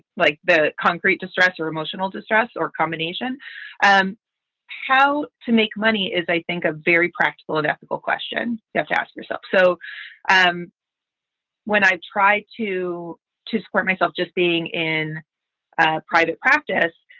like the concrete distress or emotional distress or combination of and how to make money is, i think, a very practical and ethical question you have to ask yourself. so um when i tried to to support myself, just being in private practice,